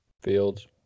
Fields